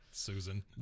Susan